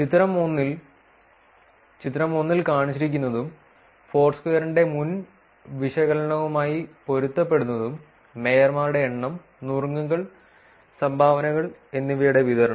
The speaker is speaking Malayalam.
ചിത്രം 1 ൽ ചിത്രം 1 ൽ കാണിച്ചിരിക്കുന്നതും ഫോർസ്ക്വയറിന്റെ മുൻ വിശകലനവുമായി പൊരുത്തപ്പെടുന്നതും മേയർമാരുടെ എണ്ണം നുറുങ്ങുകൾ സംഭാവനകൾ എന്നിവയുടെ വിതരണം